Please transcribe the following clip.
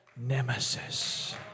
nemesis